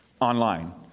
online